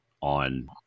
on